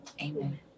Amen